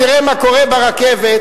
תראה מה קורה ברכבת,